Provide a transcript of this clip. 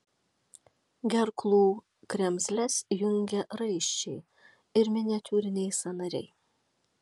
gerklų kremzles jungia raiščiai ir miniatiūriniai sąnariai